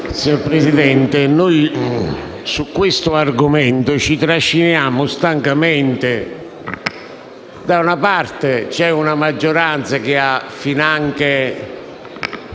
Signor Presidente, su questo argomento ci trasciniamo stancamente. Da una parte, c'è una maggioranza che ha finanche